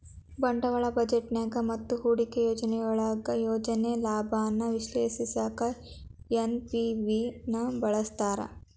ಬಂಡವಾಳ ಬಜೆಟ್ನ್ಯಾಗ ಮತ್ತ ಹೂಡಿಕೆ ಯೋಜನೆಯೊಳಗ ಯೋಜನೆಯ ಲಾಭಾನ ವಿಶ್ಲೇಷಿಸಕ ಎನ್.ಪಿ.ವಿ ನ ಬಳಸ್ತಾರ